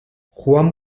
juan